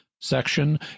section